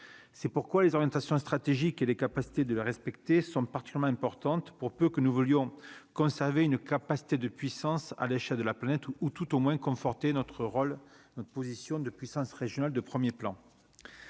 c'est pourquoi les orientations stratégiques et les capacités de le respecter sont partiellement importante pour peu que nous voulions conserver une capacité de puissance à l'achat de la planète ou tout au moins conforté notre rôle, notre position de puissance régionale de 1er plan,